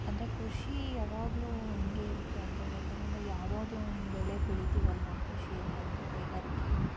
ಅಂದರೆ ಕೃಷಿ ಯಾವಾಗ್ಲೂ ಹೀಗೇ ಇರುತ್ತೆ ಅಂತ ಹೇಳೋಕ್ಕಾಗಲ್ಲ ಯಾವುದಾದ್ರೂ ಒಂದು ಬೆಳೆ ಬೆಳೀತೀವಲ್ಲವಾ ಕೃಷಿಯಲ್ಲಿ ಅಂದರೆ ಕೈಗಾರಿಕೆಯಲ್ಲಿ